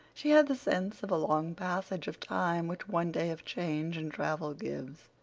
she had the sense of a long passage of time which one day of change and travel gives.